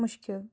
مُشکِل